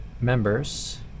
members